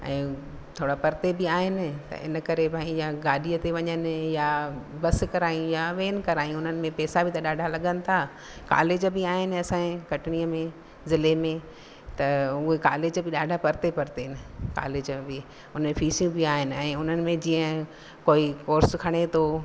ऐं थोरा परिते बि आहिनि त इन करे भाई या गाॾी ते वञनि या बसि करायूं या वेन करायूं उन में पैसा बि त ॾाढा लॻनि था कॉलेज बि आहिनि असांजे कटनीअ में ज़िले में त उहे कॉलेज बि ॾाढा परिते परिते आहिनि कॉलेज बि उन ई फ़ीसियूं बि आहिनि ऐं उन में जीअं कोई कोर्स खणे थो